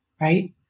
Right